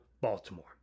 Baltimore